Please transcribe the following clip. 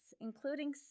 including